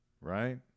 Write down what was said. right